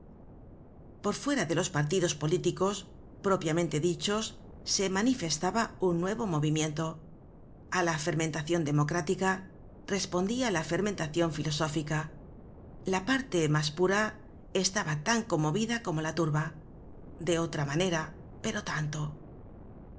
por fuera de los partidos políticos propiamente dichos se manifestaba un nuevo movimiento a la fermentacion democrática respondia la fermentacion filosófica la parte mas pura estaba tan conmovida como la turba de otra manera pero tanto los